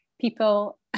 People